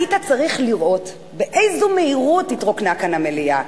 היית צריך לראות באיזו מהירות התרוקנה כאן המליאה.